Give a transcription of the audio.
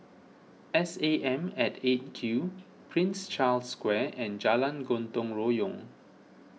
S A M at eight Q Prince Charles Square and Jalan Gotong Royong